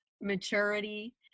maturity